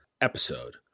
episode